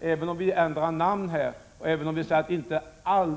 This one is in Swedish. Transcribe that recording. Även om man ändrar namn och säger att inte